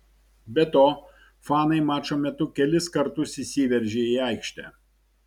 be to fanai mačo metu kelis kartus įsiveržė į aikštę